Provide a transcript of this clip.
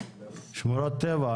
שמורת טבע.